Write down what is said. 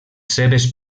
seves